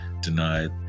denied